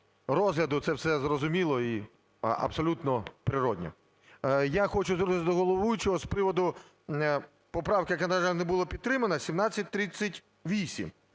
розгляду це все зрозуміло і абсолютно природно. Я хочу звернутись до головуючого з приводу поправки, яка, на жаль, не була підтримана, 1738.